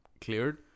cleared